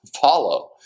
follow